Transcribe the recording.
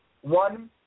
one